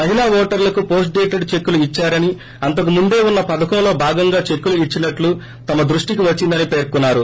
మహిళా ఓటర్లకు post dated చెక్కులు ఇచ్చారని అంతకు ముందే ఉన్న పథకంలో భాగంగా చెక్లు ఇచ్చినట్లు తమ దృష్టికి వచ్చిందని పేర్కొన్నారు